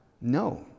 No